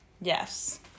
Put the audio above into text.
yes